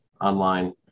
online